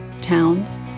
towns